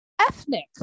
ethnic